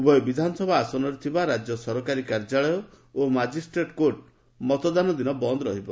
ଉଭୟ ବିଧାନସଭା ଆସନରେ ଥିବା ରାଜ୍ୟ ସରକାରୀ କାର୍ଯ୍ୟାଳୟ ଓ ମାଜିଷ୍ଟ୍ରେଟ୍ କୋର୍ଟ ବନ୍ଦ ରହିବ